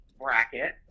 bracket